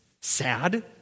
sad